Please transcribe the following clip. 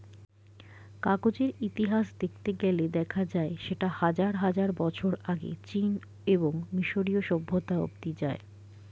কাগজের ইতিহাস দেখতে গেলে দেখা যায় সেটা হাজার হাজার বছর আগে চীন এবং মিশরীয় সভ্যতা অবধি যায়